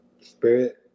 Spirit